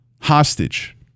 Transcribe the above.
hostage